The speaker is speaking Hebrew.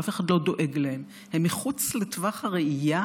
אף אחד לא דואג להם, הם מחוץ לטווח הראייה